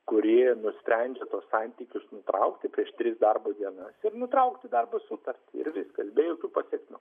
kuri nusprendžia tuos santykius nutraukti per tris darbo dienas ir nutraukti darbo sutartį ir viskas be jokių pasekmių